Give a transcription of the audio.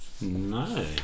No